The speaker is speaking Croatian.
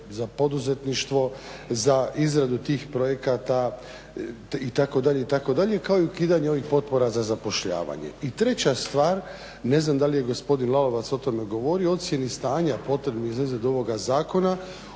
za poduzetništvo, za izradu tih projekata itd., itd., kao i ukidanje ovih potpora za zapošljavanje. I treća stvar, ne znam da li je gospodin Lalovac o tome govorio, o ocjeni stanja potrebni za izradu ovoga zakona.